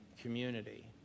community